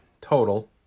total